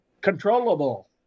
controllable